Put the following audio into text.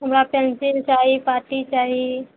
हमरा पेन्सिल चाही पाटी चाही